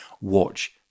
Watch